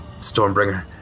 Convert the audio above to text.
Stormbringer